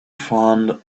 friend